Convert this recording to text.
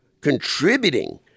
contributing